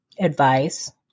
advice